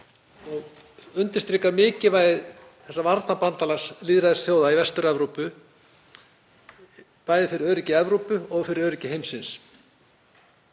undirstrikar mikilvægi þessa varnarbandalags lýðræðisþjóða í Vestur-Evrópu, bæði fyrir öryggi Evrópu og fyrir öryggi heimsins.